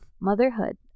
motherhood